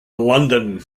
london